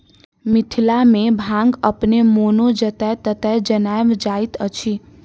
मिथिला मे भांग अपने मोने जतय ततय जनैम जाइत अछि